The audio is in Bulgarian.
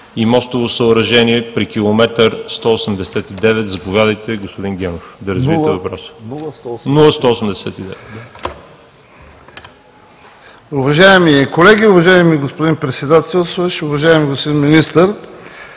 и мостово съоръжение при километър 0 189. Заповядайте, господин Генов да развиете въпроса си.